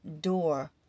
door